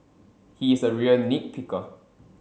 he is a real nit picker